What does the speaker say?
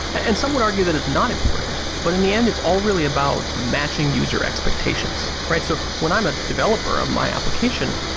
and some would argue that it's not important but in the end, it's all really about matching user expectations, right? so when i'm a developer on ah my application,